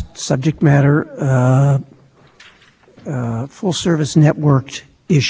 basic mantra under which the communications would be offered in this country and then he added the second chapter opening markets the competition what was that focused on was focused on opening the local market to